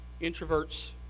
introverts